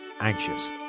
Anxious